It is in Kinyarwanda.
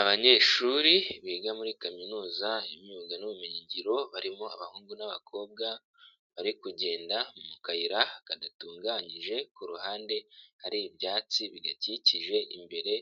Abanyeshuri biga muri kaminuza imyuga n'ubumenyingiro barimo abahungu n'abakobwa, bari kugenda mu kayira kadatunganyije, ku ruhande hari ibyatsi bigakikije, imbere